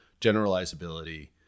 generalizability